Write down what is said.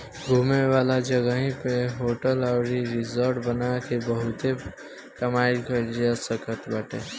घूमे वाला जगही पअ होटल अउरी रिजार्ट बना के बहुते कमाई कईल जा सकत बाटे